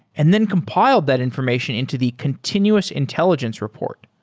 and then compiled that information into the continuous intelligence report,